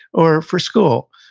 or, for school?